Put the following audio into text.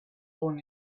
own